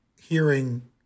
hearing